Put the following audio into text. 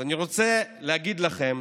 אז אני רוצה להגיד לכם